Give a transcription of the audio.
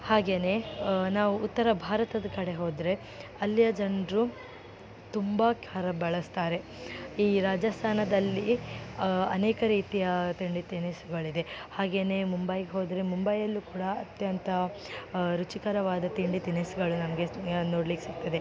ಹಾಗೆಯೇ ನಾವು ಉತ್ತರ ಭಾರತದ ಕಡೆ ಹೋದರೆ ಅಲ್ಲಿಯ ಜನರು ತುಂಬ ಖಾರ ಬಳಸ್ತಾರೆ ಈ ರಾಜಸ್ತಾನದಲ್ಲಿ ಅನೇಕ ರೀತಿಯ ತಿಂಡಿ ತಿನಿಸುಗಳಿದೆ ಹಾಗೆಯೇ ಮುಂಬೈಗೆ ಹೋದರೆ ಮುಂಬೈಯಲ್ಲೂ ಕೂಡ ಅತ್ಯಂತ ರುಚಿಕರವಾದ ತಿಂಡಿ ತಿನಿಸುಗಳು ನಮಗೆ ನೋಡ್ಲಿಕ್ಕೆ ಸಿಗ್ತದೆ